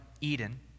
Eden